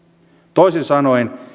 toisin sanoen